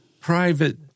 private